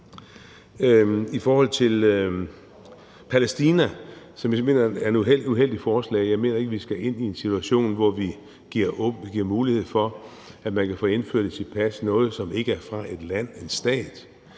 det her med Palæstina, som vi mener er et uheldigt forslag. Jeg mener ikke, at vi skal ind i en situation, hvor vi giver mulighed for, at man kan få indført noget i sit pas, som ikke er et land, en stat.